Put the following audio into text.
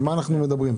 על מה אנחנו מדברים?